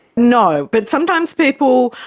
no, but sometimes people,